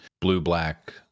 blue-black